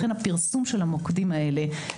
לכן הפרסום של המוקדים האלה,